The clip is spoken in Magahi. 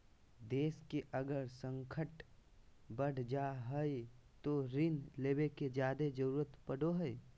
देश मे अगर संकट बढ़ जा हय तो ऋण लेवे के जादे जरूरत पड़ो हय